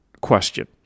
question